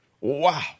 Wow